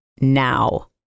now